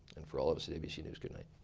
and for all of us at abc news, good night.